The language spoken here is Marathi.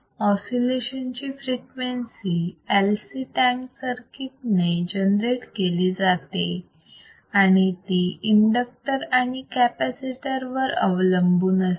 ऑसिलेशन ची फ्रिक्वेन्सी LC टॅंक सर्किट ने जनरेट केली जाते आणि ती इंडक्टर आणि कॅपॅसिटर वर अवलंबून असते